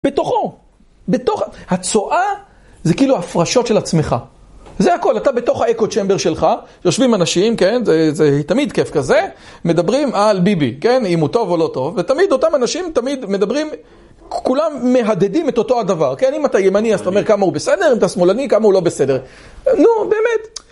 בתוכו, בתוך, הצואה זה כאילו הפרשות של עצמך. זה הכל, אתה בתוך האקו צ'מבר שלך, יושבים אנשים, כן, זה תמיד כיף כזה, מדברים על ביבי, כן, אם הוא טוב או לא טוב, ותמיד אותם אנשים, תמיד מדברים, כולם מהדדים את אותו הדבר, כן? אם אתה ימני, אז אתה אומר כמה הוא בסדר, אם אתה שמאלני, כמה הוא לא בסדר. נו, באמת.